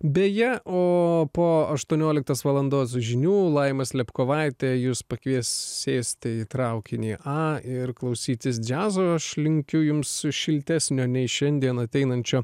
beje o po aštuonioliktos valandos žinių laima slėpkovaitė jus pakvies sėsti į traukinį a ir klausytis džiazo aš linkiu jums šiltesnio nei šiandien ateinančio